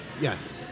yes